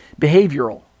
Behavioral